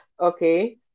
okay